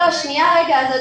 שניה רגע.